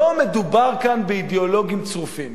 לא מדובר כאן באידיאולוגים צרופים.